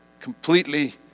completely